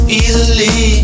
easily